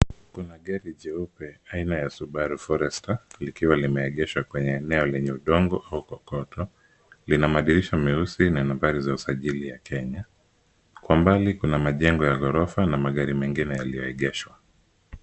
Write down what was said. Kuna gari jeupe aina ya Subaru Forester likiwa limeegeshwa kwenye eneo lenye udongo au kokoto. Lina madirisha meusi na nambari ya usajili ya Kenya. Kwa mbali kuna majengo ya ghorofa na magari mengine yaliyoegeshwa.